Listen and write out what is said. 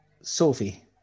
Sophie